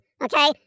okay